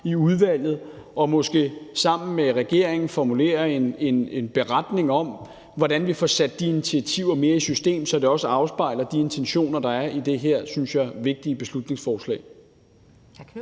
i udvalget og måske sammen med regeringen formulerer en beretning om, hvordan vi får sat de initiativer mere i system, så det også afspejler de intentioner, der er i det her, synes jeg, vigtige beslutningsforslag.